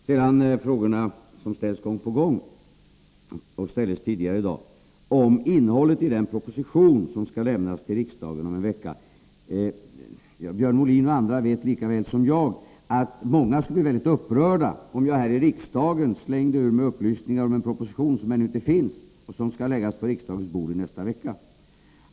Sedan har det gång på gång i dag frågats om innehållet i den proposition som skall lämnas till riksdagen om en vecka. Björn Molin och andra vet lika väl som jag att många skulle bli mycket upprörda, om jag här i riksdagen slängde ur mig upplysningar om en proposition som ännu inte finns, men som skall läggas på riksdagens bord i nästa vecka.